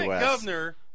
governor